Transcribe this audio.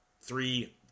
Three